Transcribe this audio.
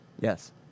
yes